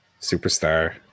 superstar